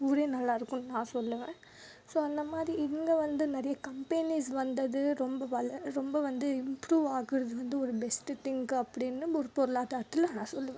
ஊரே நல்லா இருக்கும்ன்னு நான் சொல்வேன் ஸோ அந்த மாதிரி இங்கே வந்து நிறையா கம்பெனிஸ் வந்தது ரொம்ப ரொம்ப வந்து இம்ப்ரூவ் ஆகுறது வந்து ஒரு ஃபெஸ்ட்டு திங் அப்படின்னு முற்பொருளாதாரத்தில் நான் சொல்வேன்